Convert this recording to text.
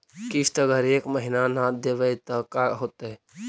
किस्त अगर एक महीना न देबै त का होतै?